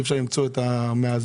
אי-אפשר למצוא את המאזן?